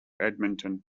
edmonton